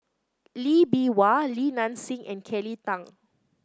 Lee Bee Wah Li Nanxing and Kelly Tang